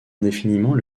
indéfiniment